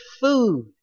food